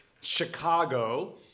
Chicago